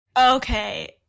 Okay